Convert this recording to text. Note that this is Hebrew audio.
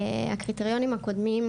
הקריטריונים הקודמים,